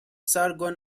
sargon